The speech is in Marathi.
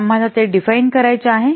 आम्हाला ते डिफाइन करायचे आहे